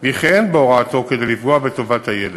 וכי אין בהוראתו כדי לפגוע בטובת הילד.